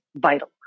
vital